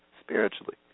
spiritually